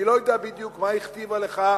אני לא יודע בדיוק מה הכתיבה לך,